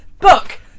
Book